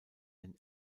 den